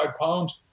pounds